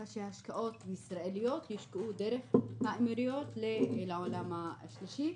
שהשקעות ישראליות יושקעו דרך האמירויות לעולם השלישי,